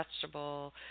vegetable